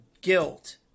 guilt